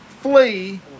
flee